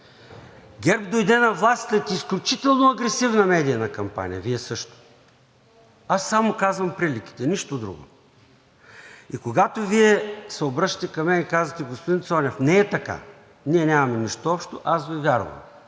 ГЕРБ дойде на власт след изключително агресивна медийна кампания. Вие също. Аз само казвам приликите, нищо друго. И когато Вие се обръщате към мен и казвате: господин Цонев, не е така, ние нямаме нищо общо, аз Ви вярвам.